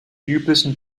üblichen